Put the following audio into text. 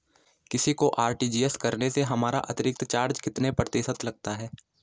किसी को आर.टी.जी.एस करने से हमारा अतिरिक्त चार्ज कितने प्रतिशत लगता है?